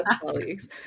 colleagues